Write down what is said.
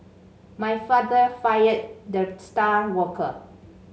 my father fired the star worker